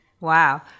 Wow